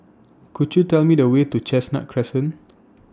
Could YOU Tell Me The Way to Chestnut Crescent